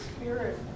Spirit